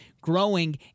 growing